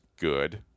good